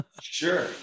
Sure